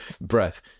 breath